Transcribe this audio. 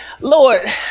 Lord